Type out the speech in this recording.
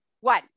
One